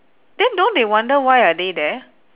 then don't they wonder why are they there